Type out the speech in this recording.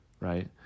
right